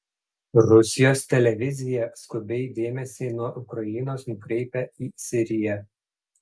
rusijos televizija skubiai dėmesį nuo ukrainos nukreipia į siriją